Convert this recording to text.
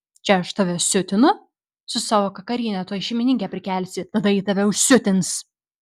čia aš tave siutinu su savo kakarine tuoj šeimininkę prikelsi tada ji tave užsiutins